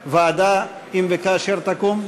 לוועדה, אם וכאשר תקום?